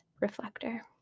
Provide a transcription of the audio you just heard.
reflector